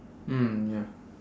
mm ya